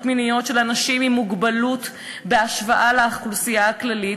מיניות של אנשים עם מוגבלות בהשוואה לאוכלוסייה הכללית,